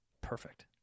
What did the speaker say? Perfect